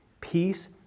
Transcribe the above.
peace